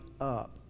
up